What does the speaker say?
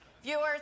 Viewers